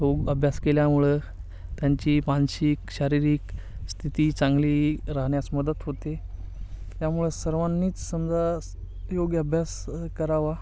योग अभ्यास केल्यामुळं त्यांची मानसिक शारीरिक स्थिती चांगली राहण्यास मदत होते त्यामुळे सर्वांनीच समजा योग अभ्यास करावा